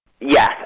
Yes